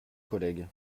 collègue